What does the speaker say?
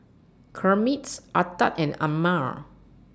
Kermits Ardath and Amare